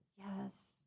yes